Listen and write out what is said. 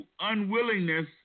unwillingness